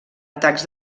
atacs